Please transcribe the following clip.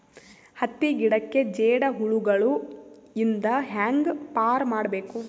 ಹತ್ತಿ ಗಿಡಕ್ಕೆ ಜೇಡ ಹುಳಗಳು ಇಂದ ಹ್ಯಾಂಗ್ ಪಾರ್ ಮಾಡಬೇಕು?